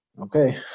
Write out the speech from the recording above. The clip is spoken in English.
okay